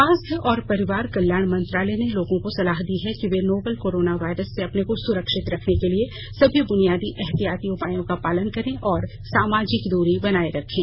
स्वास्थ्य और परिवार कल्याण मंत्रालय ने लोगों को सलाह दी है कि वे नोवल कोरोना वायरस से अपने को सुरक्षित रखने के लिए सभी बुनियादी एहतियाती उपायों का पालन करें और सामाजिक दूरी बनाए रखें